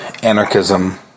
Anarchism